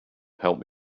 help